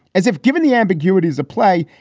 as if given the ambiguity is a play.